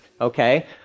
Okay